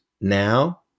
now